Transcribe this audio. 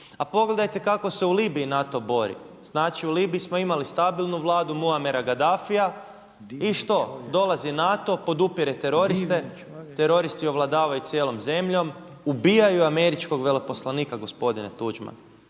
A pogledajte kako se u Libiji NATO bori? Znači u Libiji smo imali stabilnu Vladu Muammar al-Gadafia. I što? Dolazi NATO, podupire teroriste, teroristi ovladavaju cijelom zemljom, ubijaju američkog veleposlanika gospodine Tuđman,